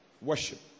worship